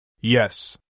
Yes